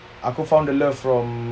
aku found a love from